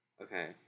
Okay